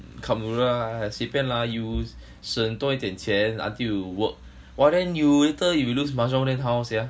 cup noodle lah !aiya! 随便 lah you you 省多一点钱 until you work !wah! then you later you lose mahjong then how sian